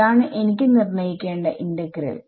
ഇതാണ് എനിക്ക് നിർണ്ണയിക്കേണ്ട ഇന്റഗ്രൽ